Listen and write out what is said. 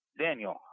Daniel